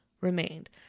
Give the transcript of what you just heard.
remained